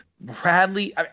bradley